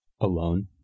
alone